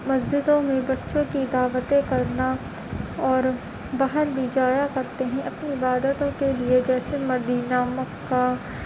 مسجدوں میں بچوں کی دعوتیں کرنا اور باہر بھی جایا کرتے ہیں اپنی عبادتوں کے لیے جیسے مدینہ مکہ